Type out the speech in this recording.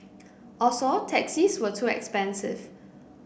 also taxis were too expensive